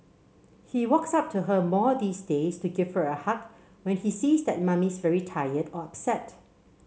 he walks up to her more these days to give her a hug when he sees that mummy's very tired or upset